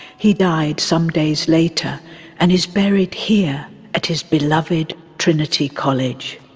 he died some days later and is buried here at his beloved trinity college.